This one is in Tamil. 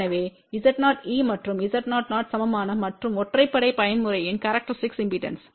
எனவே Z0eமற்றும் Z0o சமமானவைமற்றும் ஒற்றைப்படை பயன்முறையின் கேரக்டரிஸ்டிக் இம்பெடன்ஸ்